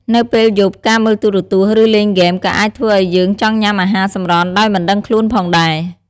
នៅពេលយប់ការមើលទូរទស្សន៍ ឬលេងហ្គេមក៏អាចធ្វើឱ្យយើងចង់ញ៉ាំអាហារសម្រន់ដោយមិនដឹងខ្លួនផងដែរ។